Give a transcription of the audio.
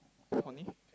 funny